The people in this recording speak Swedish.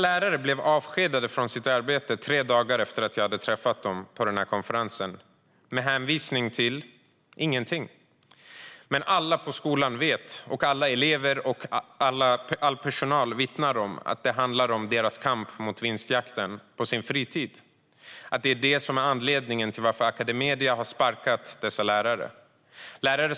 Lärarna blev avskedade från sina arbeten tre dagar efter konferensen, med hänvisning till: ingenting. Men alla på skolan - alla elever och all personal - vet och vittnar om att det handlar om deras kamp mot vinstjakten, som de för på sin fritid. Det är anledningen till att Academedia har sparkat lärarna.